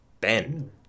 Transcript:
Ben